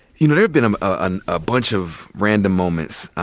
you know, there have been um and a bunch of random moments